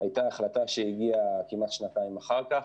הייתה החלטה שהגיעה כמעט שנתיים אחר כך,